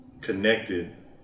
connected